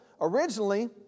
originally